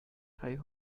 high